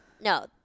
no